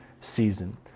season